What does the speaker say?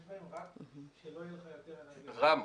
רם,